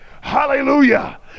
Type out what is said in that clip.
Hallelujah